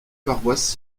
paroisses